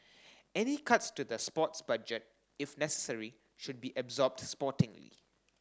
any cuts to the sports budget if necessary should be absorbed sportingly